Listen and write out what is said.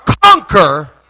Conquer